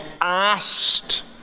asked